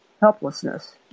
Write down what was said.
helplessness